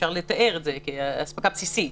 אפשר לתאר את זה כאספקה בסיסית.